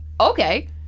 okay